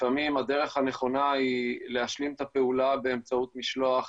לפעמים הדרך הנכונה היא להשלים את הפעולה באמצעות משלוח